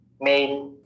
made